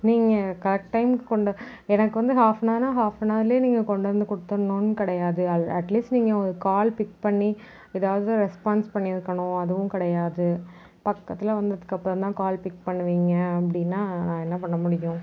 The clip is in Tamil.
நீங்கள் கரெக்ட் டைம் கொண்டு எனக்கு வந்து ஆஃப் அன் ஹார்னா ஆஃப் அன் ஹார்லியே நீங்கள் கொண்டு வந்து கொடுத்துடும்ன்னு கிடயாது அட்லீஸ்ட் நீங்கள் ஒரு கால் பிக் பண்ணி ஏதாவது ரெஸ்பான்ஸ் பண்ணியிருக்கணும் அதுவும் கிடயாது பக்கத்தில் வந்ததுக்கு அப்புறம்தான் கால் பிக் பண்ணுவீங்க அப்படின்னா நான் என்ன பண்ண முடியும்